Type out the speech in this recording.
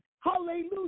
Hallelujah